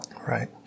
Right